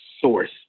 source